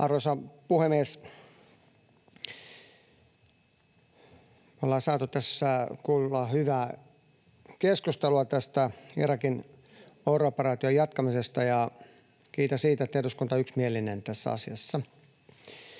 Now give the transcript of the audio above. Arvoisa puhemies! Me ollaan saatu tässä kuulla hyvää keskustelua tästä Irakin OIR-operaation jatkamisesta, ja kiitän siitä, että eduskunta on yksimielinen tässä asiassa.